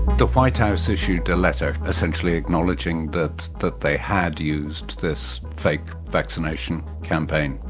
the white house issued the letter essentially acknowledging that that they had used this fake vaccination campaign.